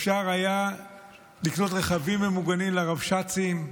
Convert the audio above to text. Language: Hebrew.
אפשר היה לקנות רכבים ממוגנים לרבש"צים,